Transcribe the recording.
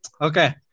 Okay